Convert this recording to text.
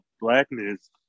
blackness